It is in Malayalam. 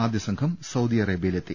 ആദ്യസംഘം സൌദി അറേബ്യയിലെത്തി